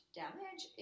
damage